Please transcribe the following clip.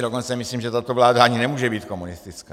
Dokonce si myslím, že tato vláda ani nemůže být komunistická.